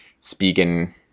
Spigen